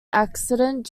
accident